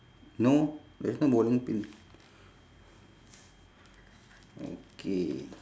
no there's no bowling pin okay